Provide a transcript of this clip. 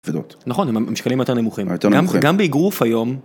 נכון עם המשקלים יותר נמוכים יותר נמוכים גם באיגרוף היום.